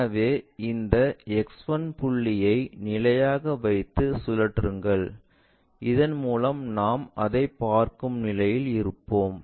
எனவே இந்த X1 புள்ளியை நிலையாக வைத்து சுழற்றுங்கள் இதன் மூலம் நாம் அதைப் பார்க்கும் நிலையில் இருப்போம்